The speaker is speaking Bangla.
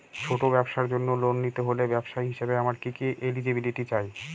ছোট ব্যবসার জন্য লোন নিতে হলে ব্যবসায়ী হিসেবে আমার কি কি এলিজিবিলিটি চাই?